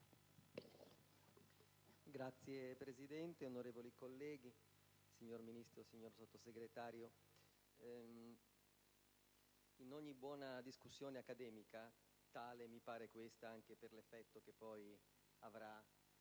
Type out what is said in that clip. Signor Presidente, onorevoli colleghi, signor Ministro, signor Sottosegretario, in ogni buona discussione accademica (tale mi pare questa, anche per l'effetto che poi avrà